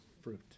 Fruit